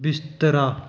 ਬਿਸਤਰਾ